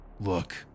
Look